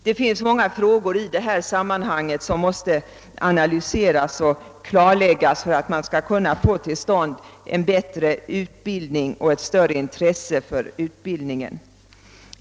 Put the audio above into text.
Det finns många frågor i detta sammanhang som måste analyseras och klarläggas för att man skall kunna få till stånd en bättre utbildning och ett större intresse för utbildningen.